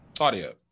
audio